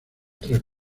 tres